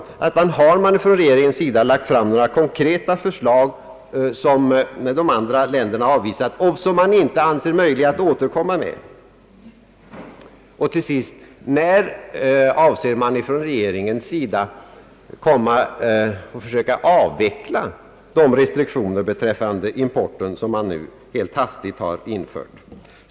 Jag undrar alltså, om regeringen lagt fram några konkreta förslag, som de andra berörda länderna avvisat och som man därför inte anser möjliga att ånyo framföra. Till sist undrar jag, när man från regeringens sida avser att försöka avveckla de restriktioner beträffande importen som man nu helt hastigt infört.